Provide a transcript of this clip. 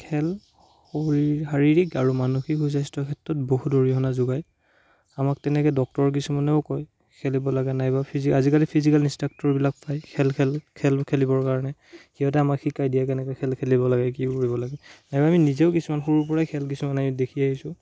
খেল শাৰীৰিক আৰু মানসিক সু স্বাস্থ্যৰ ক্ষেত্ৰত বহুত অৰিহণা যোগায় আমাক তেনেকে ডক্টৰ কিছুমানেও কয় খেলিব লাগে নাইবা ফিজি আজিকালি ফিজিকেল ইনষ্ট্ৰাক্টৰবিলাক পায় খেল খেল খেল খেলিবৰ কাৰণে সিহঁতে আমাক শিকাই দিয়ে কেনেকৈ খেল খেলিব লাগে কি কৰিব লাগে আৰু আমি নিজেও কিছুমান সৰুৰ পৰাই খেল কিছুমান দেখি আহিছোঁ